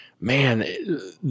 man